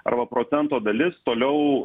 arba procento dalis toliau